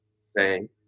say